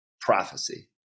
prophecy